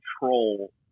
control